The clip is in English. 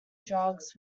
drugs